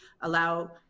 allow